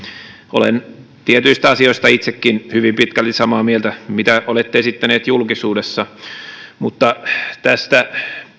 olen itsekin hyvin pitkälti samaa mieltä tietyistä asioista mitä olette esittänyt julkisuudessa mutta tästä